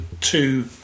two